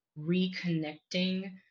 reconnecting